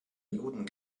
juden